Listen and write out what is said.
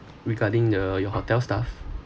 regarding the your hotel staff